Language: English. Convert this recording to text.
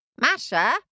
Masha